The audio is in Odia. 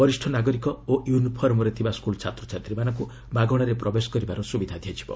ବରିଷ୍ଠ ନାଗରିକ ଓ ୟୁନିଫର୍ମରେ ଥିବା ସ୍କୁଲ୍ ଛାତ୍ରଛାତ୍ରୀମାନଙ୍କୁ ମାଗଣାରେ ପ୍ରବେଶ କରିବାର ସୁବିଧା ଦିଆଯିବ